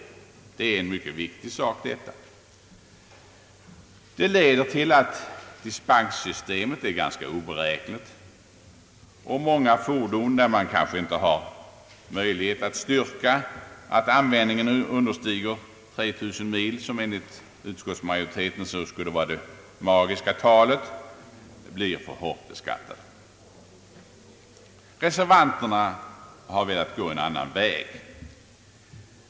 Detta är en mycket viktig sak. Det leder till att dispenssystemet blir ganska oberäkneligt, och många fordon, för vilka det kanske inte finns möjlighet att styrka att användningen understiger 3 000 mil, som enligt utskottsmajoriteten skulle vara det magiska talet, blir för hårt beskattade. Reservanterna har velat gå en annan väg.